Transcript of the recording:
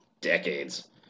decades